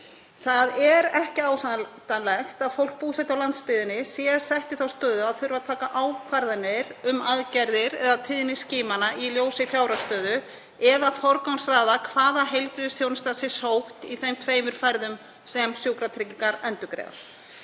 Það er ekki ásættanlegt að fólk búsett á landsbyggðinni sé sett í þá stöðu að þurfa að taka ákvarðanir um aðgerðir eða tíðni skimana í ljósi fjárhagsstöðu eða forgangsraða hvaða heilbrigðisþjónusta sé sótt í þeim tveimur ferðum sem Sjúkratryggingar endurgreiða.